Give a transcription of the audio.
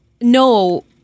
No